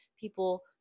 people